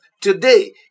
Today